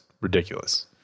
ridiculous